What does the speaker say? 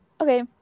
Okay